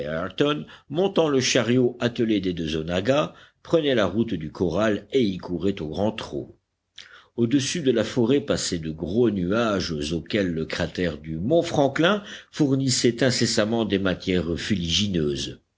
ayrton montant le chariot attelé des deux onaggas prenaient la route du corral et y couraient au grand trot au-dessus de la forêt passaient de gros nuages auxquels le cratère du mont franklin fournissait incessamment des matières